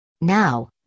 Now